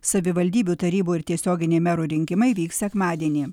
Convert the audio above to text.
savivaldybių tarybų ir tiesioginiai merų rinkimai vyks sekmadienį